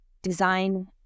design